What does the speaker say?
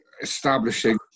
Establishing